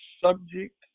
subject